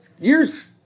Years